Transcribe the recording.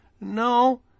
No